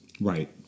Right